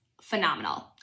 phenomenal